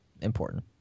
important